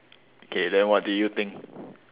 okay then what do you think